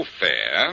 fair